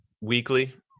weekly